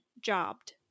Jobbed